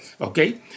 Okay